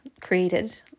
created